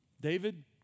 David